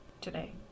today